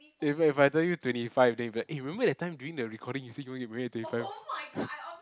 if I if I tell you twenty five then you will be like eh remember during that time the recording you said you wanna get married at twenty five